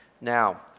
Now